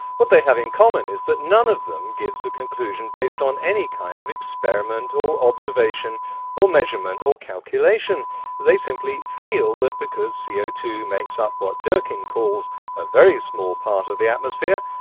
what they have in common is that none of them gives a conclusion based on any kind of experiment or observation or measurement or calculation they simply feel that because c o two makes up what durkin calls a very small part of the atmosphere,